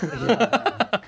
ya ya